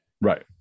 Right